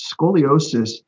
scoliosis